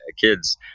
kids